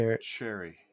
cherry